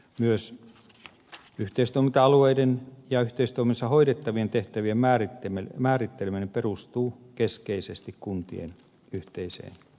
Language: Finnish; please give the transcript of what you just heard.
myös yhteistoiminta alueiden ja yhteistoiminnassa hoidettavien tehtävien määritteleminen perustuu keskeisesti kuntien yhteiseen tahtoon